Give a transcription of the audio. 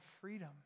freedom